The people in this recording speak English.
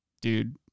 Dude